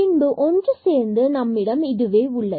பின்பு ஒன்றுசேர்ந்து நம்மிடம் உள்ளது